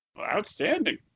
Outstanding